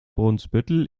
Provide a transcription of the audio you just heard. brunsbüttel